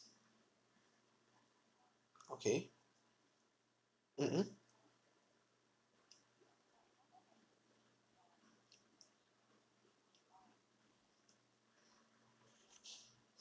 okay mmhmm